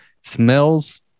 smells